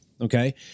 Okay